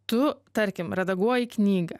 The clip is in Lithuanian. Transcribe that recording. tu tarkim redaguoji knygą